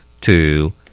two